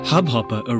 Hubhopper